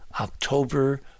October